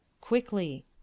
Quickly